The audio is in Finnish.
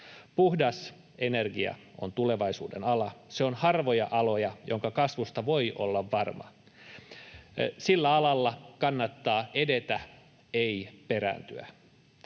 Puhdas energia on tulevaisuuden ala; se on harvoja aloja, jonka kasvusta voi olla varma. Sillä alalla kannattaa edetä, ei perääntyä.